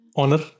honor